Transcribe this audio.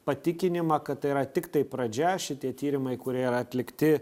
patikinimą kad tai yra tiktai pradžia šitie tyrimai kurie yra atlikti